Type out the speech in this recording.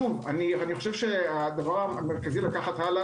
שוב - הדבר המרכזי לקחת הלאה